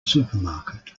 supermarket